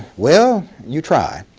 well, you try.